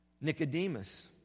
Nicodemus